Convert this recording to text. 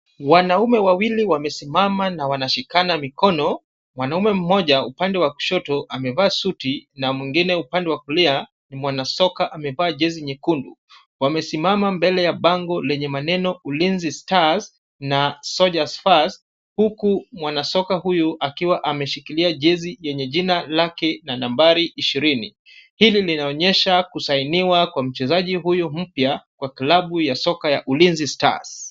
Wanaume wawili wamesimama na wanashikana mikono, wanaume mmoja upande wa kushoto amevaa suti na mwingine upande wa kulia ni mwanasoka amevaa jezi nyekundu, wamesimama mbele ya bango lenye maneno Ulinzi Stars na Sojas First huku mwanasoka huyu akiwa ameshikilia jezi yenye jina lake na nambari ishirini. Hili linaonyesha kusainiwa kwa mchezaji huyu mpya kwa klabu ya soka ya Ulinzi Stars.